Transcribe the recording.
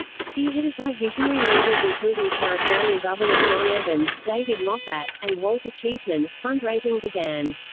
spearheaded by visionary leaders including territorial governor john evans, david moffat, and walter cheesman, fundraising began.